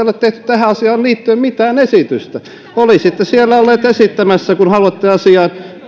ei ole tehty tähän asiaan liittyen mitään esitystä olisitte siellä ollut esittämässä kun haluatte asiaan